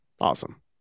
Awesome